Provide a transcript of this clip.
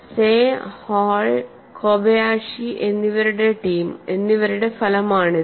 സെ Hall Kobayashi അവരുടെ team എന്നിവരുടെ ഫലമാണിത്